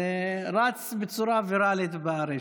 זה רץ בצורה ויראלית ברשת.